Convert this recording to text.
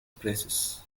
praises